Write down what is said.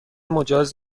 مجاز